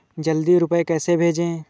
जल्दी रूपए कैसे भेजें?